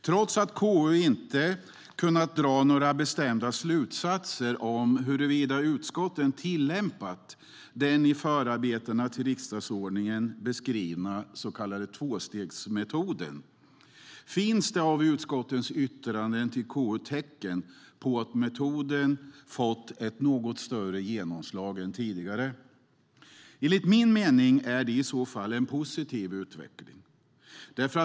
Trots att KU inte har kunnat dra några bestämda slutsatser om huruvida utskotten har tillämpat den i förarbetena till riksdagsordningen beskrivna så kallade tvåstegsmetoden finns det i utskottens yttranden till KU tecken på att metoden har fått ett något större genomslag än tidigare. Enligt min mening är det i så fall en positiv utveckling.